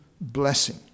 blessing